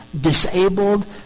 disabled